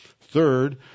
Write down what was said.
Third